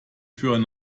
führen